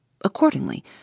Accordingly